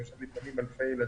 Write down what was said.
היו שם לפעמים אלפי ילדים,